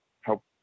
help